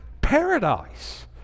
paradise